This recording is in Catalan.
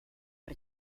per